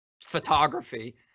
photography